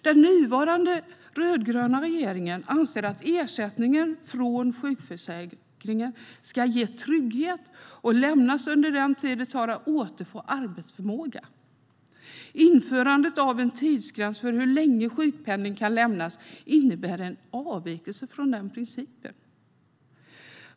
Den nuvarande rödgröna regeringen anser att ersättningen från sjukförsäkringen ska ge trygghet och lämnas under den tid det tar att återfå arbetsförmågan. Införandet av en tidsgräns för hur länge sjukpenning kan lämnas innebär en avvikelse från denna princip.